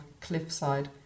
cliffside